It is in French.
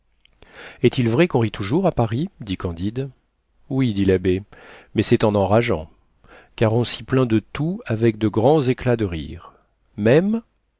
est-il vrai qu'on rit toujours à paris dit candide oui dit l'abbé mais c'est en enrageant car on s'y plaint de tout avec de grands éclats de rire même